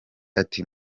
ati